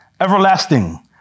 everlasting